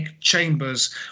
chambers